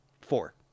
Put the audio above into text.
four